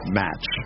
match